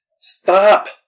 Stop